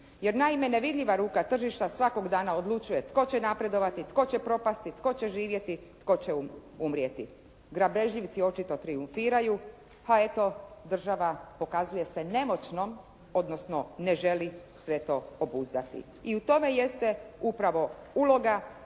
Jer naime, nevidljiva ruka tržišta svakog dana odlučuje, tko će napredovati, tko će propasti, tko će živjeti, tko će umrijeti. Grabežljivci očito trijumfiraju, pa eto država se pokazuje nemoćnom, odnosno ne želi sve to obuzdati. I u tome jeste uloga